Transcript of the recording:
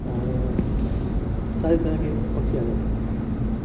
और सारे तरह के पक्षी आ जाते हैं